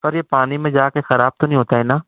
سر یہ پانی میں جا کے خراب تو نہیں ہوتا ہے نا